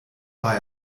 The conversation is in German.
war